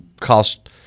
cost